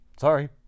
sorry